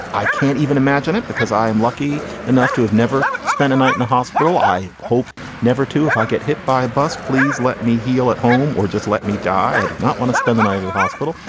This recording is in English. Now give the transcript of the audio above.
i can't even imagine it because i am lucky enough to have never spent a night in a hospital. i hope never to. if i get hit by a bus, please let me heal at home or just let me die. i do not want to spend the night at at a hospital,